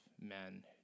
men